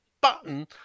button